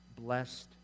blessed